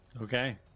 Okay